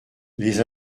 les